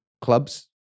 clubs